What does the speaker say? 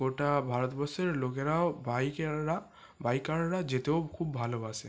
গোটা ভারতবর্ষের লোকেরা বাইকাররা বাইকাররা যেতেও খুব ভালোবাসে